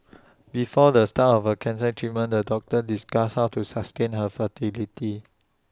before the start of her cancer treatment the doctors discussed how to sustain her fertility